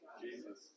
Jesus